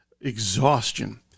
exhaustion